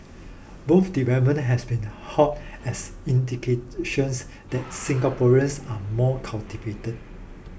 both developments have been hailed as indications that Singaporeans are more cultivated